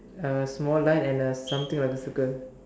a small line and something like a circle